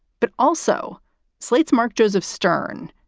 but also slate's mark joseph stern.